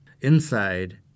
Inside